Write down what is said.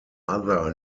other